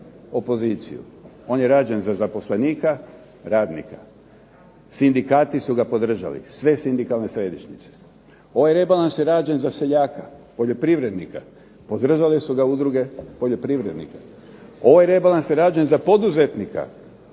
opoziciju, on je rađen za zaposlenika, radnika. Sindikati su ga podržali, sve sindikalne središnjice, ovaj rebalans je rađen za seljaka, poljoprivrednika, podržale su ga udruge poljoprivrednika, ovaj rebalans je rađen za poduzetnika,